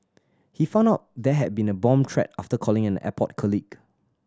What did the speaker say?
he found out there had been a bomb threat after calling an airport colleague